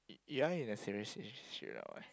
you all in the same relationship or what